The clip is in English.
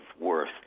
worth